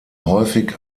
häufig